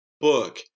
book